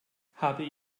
habe